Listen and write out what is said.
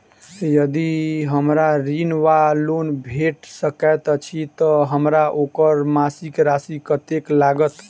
यदि हमरा ऋण वा लोन भेट सकैत अछि तऽ हमरा ओकर मासिक राशि कत्तेक लागत?